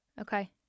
Okay